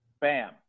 bam